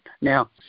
Now